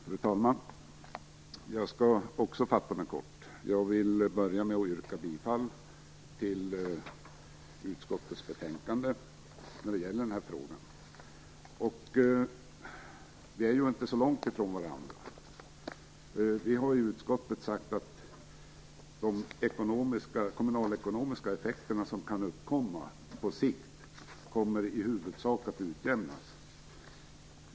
Fru talman! Jag skall också fatta mig kort. Jag vill börja med att yrka bifall till hemställan i utskottets betänkande i den här frågan. Vi står ju inte så långt ifrån varandra. Vi i utskottet har sagt att de kommunalekonomiska effekter som kan uppkomma på sikt i huvudsak kommer att utjämnas.